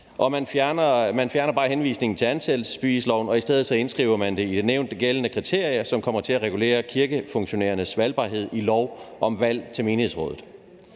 Man fjerner bare henvisningen til ansættelsesbevisloven, og i stedet indskriver man det i de nævnte gældende kriterier, som kommer til at regulere kirkefunktionærernes valgbarhed i lov om valg til menighedsråd.